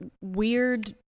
weird